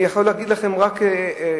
אני יכול להגיד לכם יותר מזה.